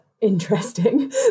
interesting